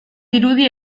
dirudi